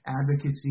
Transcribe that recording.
advocacy